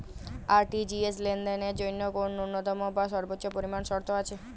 RTGS লেনদেনের জন্য কোন ন্যূনতম বা সর্বোচ্চ পরিমাণ শর্ত আছে?